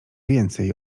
więcej